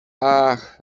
ach